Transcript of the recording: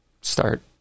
start